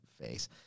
face